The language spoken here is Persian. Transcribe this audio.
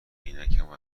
عینکمو